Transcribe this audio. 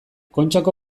kontxako